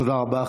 תודה רבה.